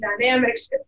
dynamics